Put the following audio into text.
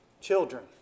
children